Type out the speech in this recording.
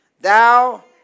Thou